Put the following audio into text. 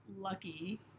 lucky